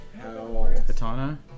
katana